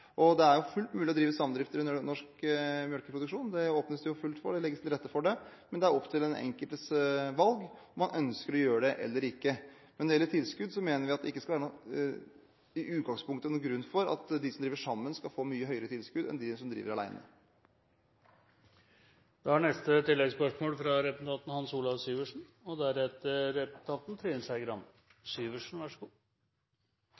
Det er fullt mulig å drive samdrifter i norsk melkeproduksjon. Det åpnes det fullt ut for, og det legges til rette for det, men det er opp til den enkeltes valg om man ønsker å gjøre det eller ikke. Men når det gjelder tilskudd, mener vi at det i utgangspunktet ikke skal være noen grunn til at de som driver sammen, skal få mye høyere tilskudd enn dem som driver